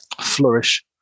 flourish